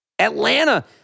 Atlanta